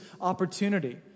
opportunity